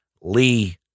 Lee